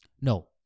No